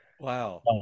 Wow